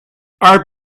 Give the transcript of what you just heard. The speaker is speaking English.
our